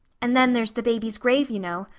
and then, there's the baby's grave, you know.